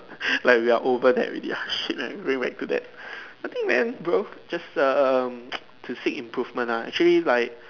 like we are over that already ah shit man going back to that I think man bro just um to seek improvement lah actually like